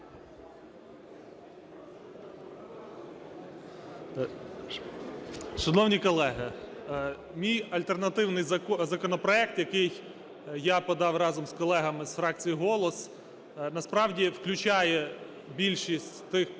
Шановні колеги, мій альтернативний законопроект, який я подав разом з колегами з фракції "Голос", насправді включає більшість тих